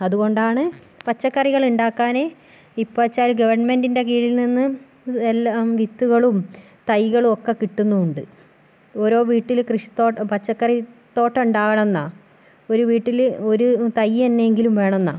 അതുകൊണ്ടാണ് പച്ചക്കറികള് ഉണ്ടാക്കാന് ഇപ്പം വെച്ചാല് ഗവൺമെൻറ്റിൻ്റെ കീഴിൽ നിന്ന് എല്ലാ വിത്തുകളും തൈകളും ഒക്കെ കിട്ടുന്നും ഉണ്ട് ഓരോ വീട്ടിലും കൃഷി തോട്ടം പച്ചക്കറി തോട്ടം ഉണ്ടാകണം എന്നാൽ ഒരു വീട്ടില് ഒരു തൈ എന്നെങ്കിലും വേണമെന്നാണ്